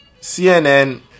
CNN